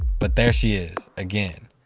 but there she is again,